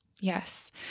Yes